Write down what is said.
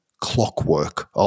clockwork